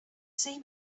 see